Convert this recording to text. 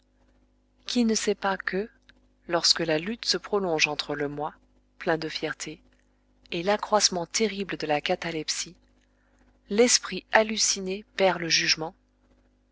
qui ne sait pas que lorsque la lutte se prolonge entre le moi plein de fierté et l'accroissement terrible de la catalepsie l'esprit halluciné perd le jugement